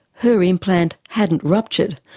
her implant hadn't ruptured,